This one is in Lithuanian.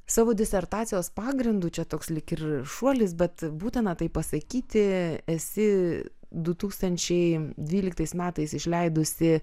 savo disertacijos pagrindu čia toks lyg ir šuolis bet būtina tai pasakyti esi du tūkstančiai dvyliktais metais išleidusi